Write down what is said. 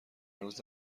روز